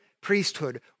priesthood